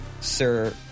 Sir